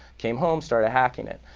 came home, started hacking it.